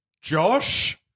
Josh